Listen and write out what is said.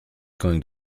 going